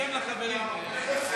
תתרגם לחברים.